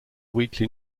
weekly